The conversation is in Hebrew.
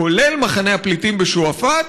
כולל מחנה הפליטים בשועפאט.